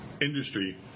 industry